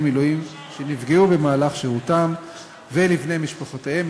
מילואים שנפגעו במהלך שירותם ולבני משפחותיהם,